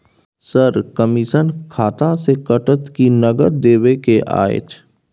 Sir, commission खाता से कटत कि नगद देबै के अएछ?